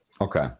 Okay